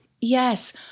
Yes